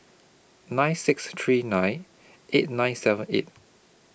nine six three nine eight nine seven eight